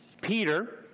Peter